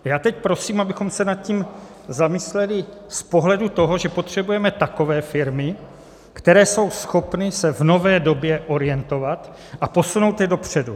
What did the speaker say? Já teď prosím, abychom se nad tím zamysleli z pohledu toho, že potřebujeme takové firmy, které jsou schopny se v nové době orientovat, a posunout je dopředu.